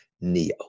Neo